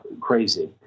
crazy